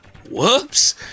Whoops